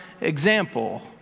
example